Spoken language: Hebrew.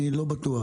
אני לא בטוח.